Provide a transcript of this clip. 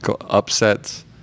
upsets